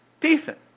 Decent